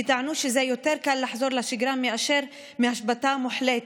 כי טענו שכך יותר קל לחזור לשגרה מאשר מהשבתה מוחלטת.